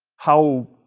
how,